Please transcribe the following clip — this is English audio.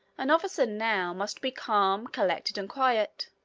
an officer now must be calm, collected, and quiet.